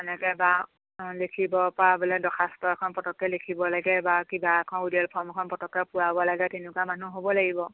এনেকে বা লিখিব পাৰা বোলে দখাস্ত এখন পটককে লিখিব লাগে বা কিবা এখন উলিয়াই ফৰ্ম এখন পটককে পূৰাব লাগে তেনেকুৱা মানুহ হ'ব লাগিব